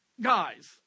guys